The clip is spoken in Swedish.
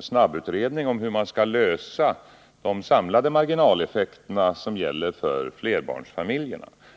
snabbutredningen om hur man skall lösa problemen med de samlade marginaleffekterna för flerbarnsfamiljerna.